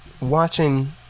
Watching